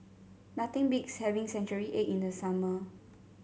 nothing beats having Century Egg in the summer